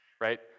right